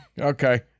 Okay